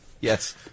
Yes